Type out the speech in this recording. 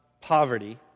poverty